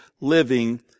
Living